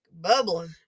Bubbling